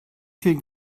viel